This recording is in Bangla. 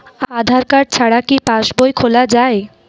আধার কার্ড ছাড়া কি পাসবই খোলা যায়?